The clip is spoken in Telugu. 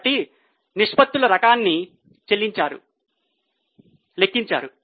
కాబట్టి నిష్పత్తుల రకాలను లెక్కించారు